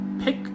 pick